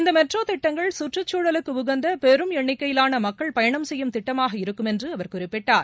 இந்த மெட்ரோ திட்டங்கள் கற்றுக்குழலுக்கு உகந்த பெரும் எண்ணிக்கையிலான மக்கள் பயணம் செய்யும் திட்டமாக இருக்கும் என்று அவர் குறிப்பிட்டார்